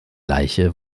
leiche